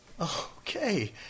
Okay